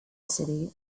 city